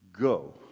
go